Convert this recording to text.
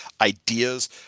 ideas